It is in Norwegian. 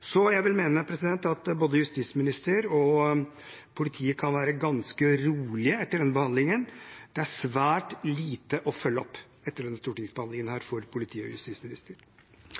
Så jeg vil mene at både justisministeren og politiet kan være ganske rolige etter denne behandlingen. Det er svært lite å følge opp for politi og justisminister etter denne stortingsbehandlingen.